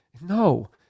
no